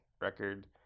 record